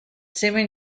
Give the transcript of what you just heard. sima